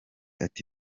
ati